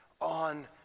on